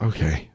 Okay